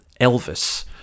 Elvis